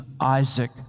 Isaac